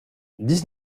dix